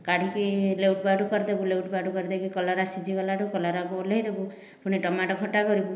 କାଢ଼ିକି ଲେଉଟୁ ପାଉଟୁ କରି ଦେବୁ ଲେଉଟୁ ପାଉଟୁ କରିଦେଇକି କଲରା ସିଝି ଗଲାଠୁ କଲରାକୁ ଓହ୍ଲାଇ ଦେବୁ ପୁଣି ଟମାଟୋ ଖଟା କରିବୁ